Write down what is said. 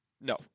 no